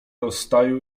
rozstaju